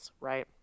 right